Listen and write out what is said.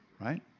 right